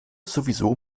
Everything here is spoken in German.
sowieso